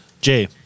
Jay